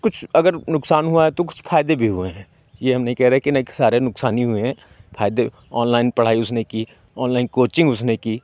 कुछ अगर नुकसान हुआ है तो कुछ फ़ायदे भी हुए हैं ये हम नहीं कह रहे कि सारे नुकसान ही हुए हैं फ़ायदे ऑनलाइन पढ़ाई उसने की ऑनलाइन कोचिंग उसने की